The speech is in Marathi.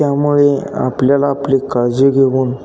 त्यामुळे आपल्याला आपली काळजी घेऊन